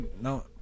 No